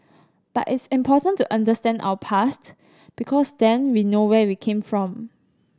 but it's important to understand our past because then we know where we came from